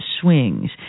swings